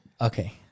Okay